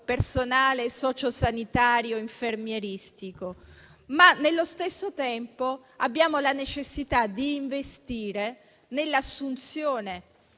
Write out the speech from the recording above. personale socio-sanitario e infermieristico. Nello stesso tempo, abbiamo la necessità di investire nell'assunzione